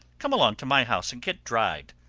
come along to my house and get dried.